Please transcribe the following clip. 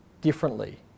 differently